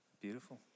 Beautiful